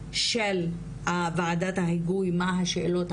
הדבר האחרון,